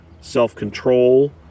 self-control